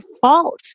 fault